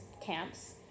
camps